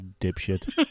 dipshit